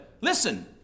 Listen